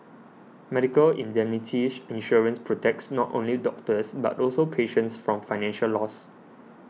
medical indemnity insurance protects not only doctors but also patients from financial loss